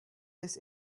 this